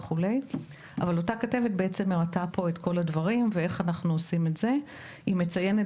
הכתבת מציינת,